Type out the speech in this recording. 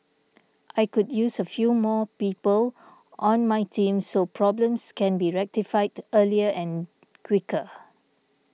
I could use a few more people on my team so problems can be rectified earlier and quicker